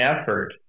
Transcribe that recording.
effort